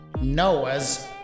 Noah's